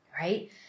right